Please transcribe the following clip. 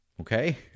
Okay